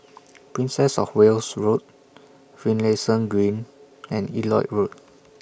Princess of Wales Road Finlayson Green and Elliot Road